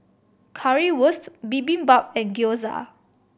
Currywurst Bibimbap and Gyoza